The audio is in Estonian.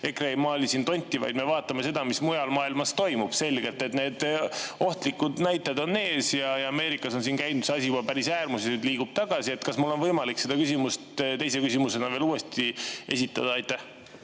ei maali tonti, vaid me vaatame seda, mis mujal maailmas toimub. Selge, et need ohtlikud näited on ees. Ameerikas on käinud see asi juba päris äärmuses ära ja nüüd liigub tagasi. Kas mul on võimalik seda küsimust teise küsimusena veel esitada?